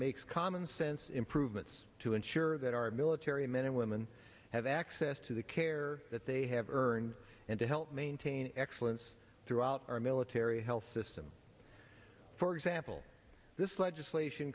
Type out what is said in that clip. makes common sense improvements to ensure that our military men and women have access to the care that they have earned and to help maintain excellence throughout our military health system for example this legislation